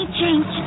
change